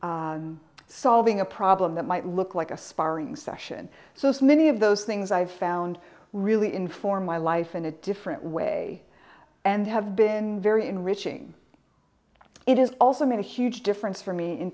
solving a problem that might look like a sparring session so so many of those things i've found really inform my life in a different way and have been very enriching it is also made a huge difference for me in